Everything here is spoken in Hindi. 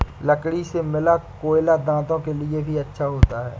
लकड़ी से मिला कोयला दांतों के लिए भी अच्छा होता है